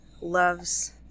loves